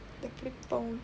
the clip phone